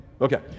okay